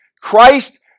Christ